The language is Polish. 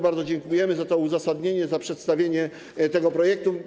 Bardzo dziękujemy za to uzasadnienie, za przedstawienie tego projektu.